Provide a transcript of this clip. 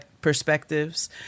perspectives